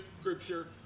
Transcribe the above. scripture